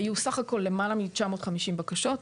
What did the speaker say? היו סך הכל למעלה מ-950 בקשות,